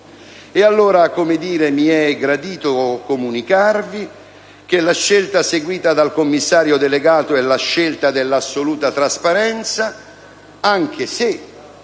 Allora, mi è gradito comunicarvi che la scelta seguita dal commissario delegato è quella dell'assoluta trasparenza, anche se